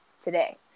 today